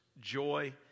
joy